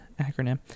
acronym